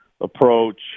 approach